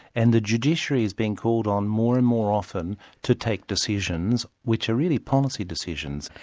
and the judiciary is being called on more and more often to take decisions, which are really policy decisions.